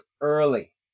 early